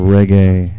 Reggae